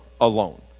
alone